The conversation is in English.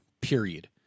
period